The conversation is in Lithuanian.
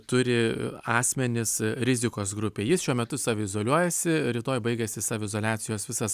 turi asmenis rizikos grupėj jis šiuo metu saviizoliuojasi rytoj baigiasi saviizoliacijos visas